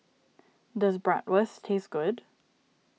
does Bratwurst taste good